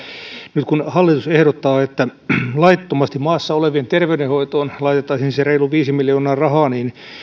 nyt kun hallitus ehdottaa että laittomasti maassa olevien terveydenhoitoon laitettaisiin se reilu viisi miljoonaa rahaa niin